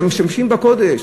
משום שזה המשמשים בקודש,